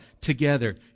together